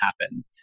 happen